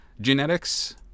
genetics